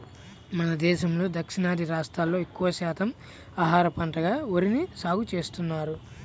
మన దేశంలో దక్షిణాది రాష్ట్రాల్లో ఎక్కువ శాతం ఆహార పంటగా వరిని సాగుచేస్తున్నారు